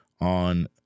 on